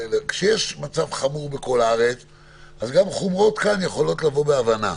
כשיש מצב חמור בכל הארץ אז גם החמרות כאן יכולות לבוא בהבנה,